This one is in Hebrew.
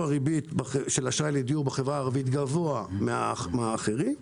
הריבית של אשראי לדיור בחברה הערבית גבוה מן האחרים.